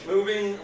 Moving